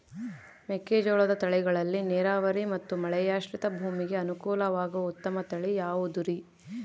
ಮೆಕ್ಕೆಜೋಳದ ತಳಿಗಳಲ್ಲಿ ನೇರಾವರಿ ಮತ್ತು ಮಳೆಯಾಶ್ರಿತ ಭೂಮಿಗೆ ಅನುಕೂಲವಾಗುವ ಉತ್ತಮ ತಳಿ ಯಾವುದುರಿ?